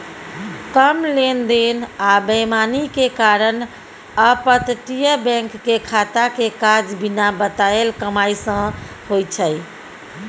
कम लेन देन आ बेईमानी के कारण अपतटीय बैंक के खाता के काज बिना बताएल कमाई सँ होइ छै